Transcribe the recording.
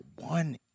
one